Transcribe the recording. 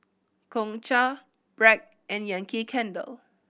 Gongcha Bragg and Yankee Candle